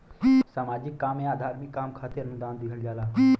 सामाजिक काम या धार्मिक काम खातिर अनुदान दिहल जाला